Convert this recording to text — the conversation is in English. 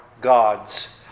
God's